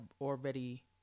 already